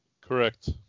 Correct